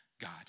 God